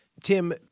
Tim